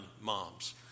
moms